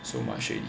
so much already